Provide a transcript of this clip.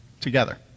together